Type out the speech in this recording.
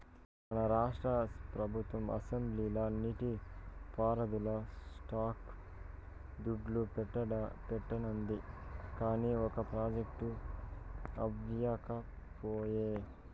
మన రాష్ట్ర పెబుత్వం అసెంబ్లీల నీటి పారుదల శాక్కి దుడ్డు పెట్టానండాది, కానీ ఒక ప్రాజెక్టు అవ్యకపాయె